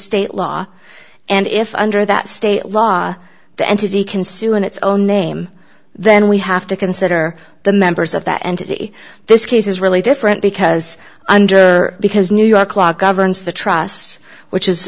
state law and if under that state law the entity can sue in its own name then we have to consider the members of that entity this case is really different because under because new york law governs the trusts which is